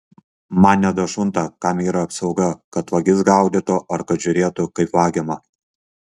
man nedašunta kam yra apsauga kad vagis gaudytų ar kad žiūrėtų kaip vagiama